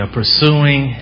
pursuing